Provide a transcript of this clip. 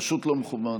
פשוט לא מכובד.